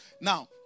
now